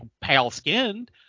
pale-skinned